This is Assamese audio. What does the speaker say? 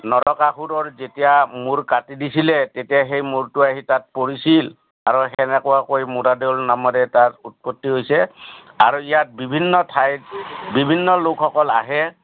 নৰকাসুৰৰ যেতিয়া মূৰ কাটি দিছিলে তেতিয়া সেই মূৰটো আহি তাত পৰিছিল আৰু সেনেকুৱাকৈ মূৰাদ'ল নামৰে এটা উৎপত্তি হৈছে আৰু ইয়াত বিভিন্ন ঠাইত বিভিন্ন লোকসকল আহে